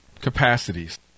capacities